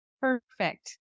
Perfect